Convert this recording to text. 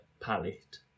palette